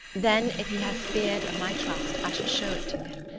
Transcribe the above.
then if he has feared of my trust i shall show it to him,